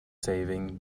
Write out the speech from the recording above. saving